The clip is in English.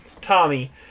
Tommy